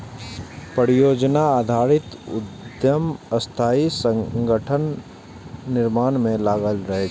परियोजना आधारित उद्यम अस्थायी संगठनक निर्माण मे लागल रहै छै